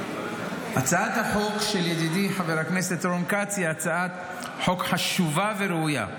הצעת החוק של ידידי חבר הכנסת רון כץ היא הצעת חוק חשובה וראויה,